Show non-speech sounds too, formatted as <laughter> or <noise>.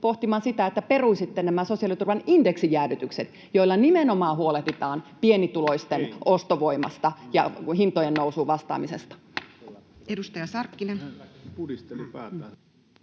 pohtimaan sitä, että peruisitte nämä sosiaaliturvan indeksijäädytykset, <noise> joilla nimenomaan huolehditaan pienituloisten ostovoimasta ja hintojen nousuun vastaamisesta?